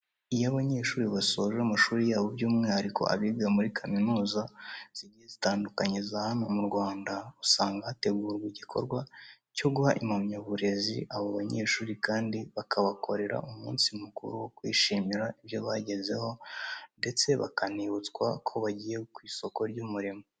Iyo abanyeshuri basoje amashuri yabo by'umwihariko abiga muri kaminuza zigiye zitandukanye za hano mu Rwanda, usanga hategurwa igikorwa cyo guha impamyaburezi abo banyeshuri kandi bakabakorera umunsi mukuru wo kwishimira ibyo bagezeho ndetse bakanibutswa ko bagiye ku isoko ry'umurimo.